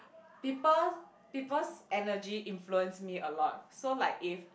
people people's energy influence me a lot so like if